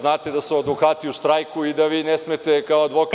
Znate da su advokati u štrajku i da vi ne smete kao advokat…